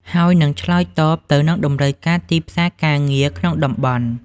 ហើយនិងឆ្លើយតបទៅនឹងតម្រូវការទីផ្សារការងារក្នុងតំបន់។